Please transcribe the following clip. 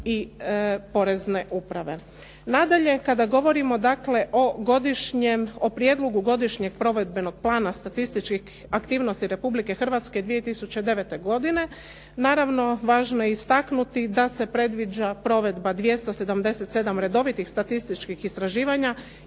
i Porezne uprave. Nadalje, kada govorimo dakle o godišnjem, o Prijedlogu godišnjeg provedbenog plana statističkih aktivnosti Republike Hrvatske 2009. godine naravno važno je istaknuti da se predviđa provedba 277 redovitih statističkih istraživanja